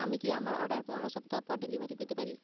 আমি কি আমার অর্ডার পনেরো সপ্তাহ পর ডেলিভারি পেতে পারি